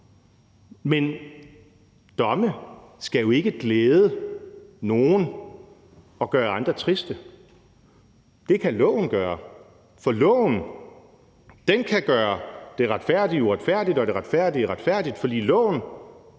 Men domme skal jo ikke glæde nogle og gøre andre triste. Det kan loven gøre, for loven kan gøre det uretfærdige uretfærdigt og det retfærdige retfærdigt, for loven